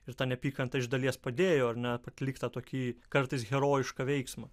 ir ta neapykanta iš dalies padėjo ar ne atlikti tokį kartais herojišką veiksmą